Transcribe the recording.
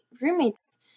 roommates